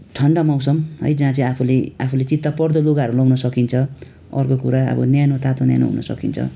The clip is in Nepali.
ठन्डा मौसम है जहाँ चाहिँ आफुले आफुले चित्त पर्दो लुगाहरू लाउन सकिन्छ अर्को कुरा अब न्यानो तातो न्यानो हुन सकिन्छ